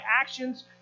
actions